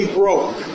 broke